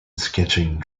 sketching